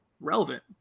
relevant